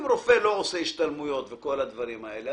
אם רופא לא עושה השתלמויות וכל הדברים האלה,